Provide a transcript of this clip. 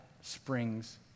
springs